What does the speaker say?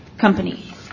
company